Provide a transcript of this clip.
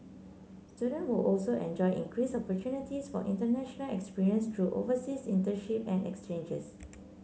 students will also enjoy increased opportunities for international experience through overseas internship and exchanges